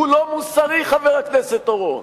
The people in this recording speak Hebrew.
הוא לא מוסרי, חבר הכנסת אורון.